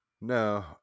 no